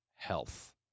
Health